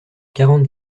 quarante